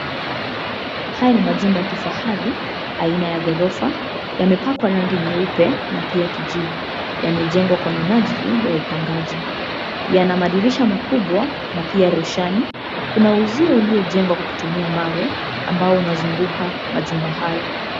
Haya ni majumba ya kifahari aina ya gorofa, yamepakwa rangi nyeupe na pia kijivu, yamejengwa kwa minajili ya upangaji. Yana madirisha makubwa na pia roshani. Kuna uzio uliojengwa kwa kutumia mawe ambao unazunguka majumba hayo.